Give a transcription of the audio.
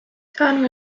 saan